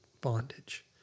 bondage